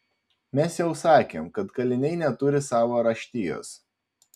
mes jau sakėm kad kaliniai neturi savo raštijos